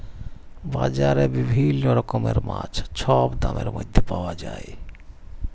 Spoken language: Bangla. বাজারে বিভিল্ল্য রকমের মাছ ছব দামের ম্যধে পাউয়া যায়